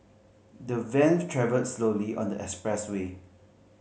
the van travelled slowly on the expressway